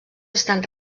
estan